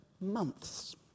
months